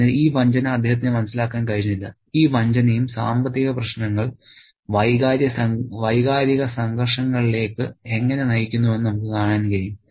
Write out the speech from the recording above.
അതിനാൽ ഈ വഞ്ചന അദ്ദേഹത്തിന് മനസ്സിലാക്കാൻ കഴിഞ്ഞില്ല ഈ വഞ്ചനയും സാമ്പത്തിക പ്രശ്നങ്ങൾ വൈകാരിക സംഘർഷങ്ങളിലേക്ക് എങ്ങനെ നയിക്കുന്നുവെന്ന് നമുക്ക് കാണാൻ കഴിയും